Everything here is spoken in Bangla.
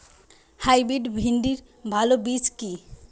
হাইব্রিড ভিন্ডির ভালো বীজ কি?